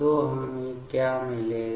तो हमें क्या मिलेगा